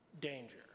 danger